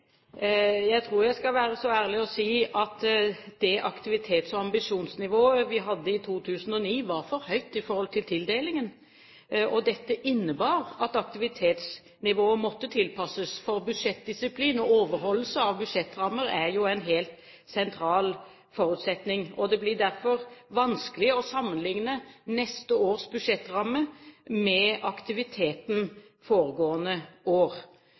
Jeg tror jeg skal være så ærlig å si at det aktivitets- og ambisjonsnivået vi hadde i 2009, var for høyt i forhold til tildelingen. Dette innebar at aktivitetsnivået måtte tilpasses, for budsjettdisiplin og overholdelse av budsjettrammer er jo en helt sentral forutsetning. Det blir derfor vanskelig å sammenligne neste års budsjettramme med aktiviteten foregående år.